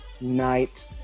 night